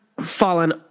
fallen